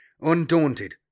undaunted